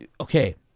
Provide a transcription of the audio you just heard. Okay